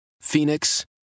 Phoenix